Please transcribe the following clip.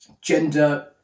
gender